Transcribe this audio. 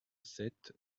sept